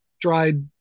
dried